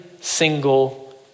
single